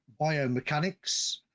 biomechanics